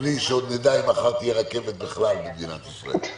בלי שעוד נדע אם מחר תהיה רכבת בכלל במדינת ישראל.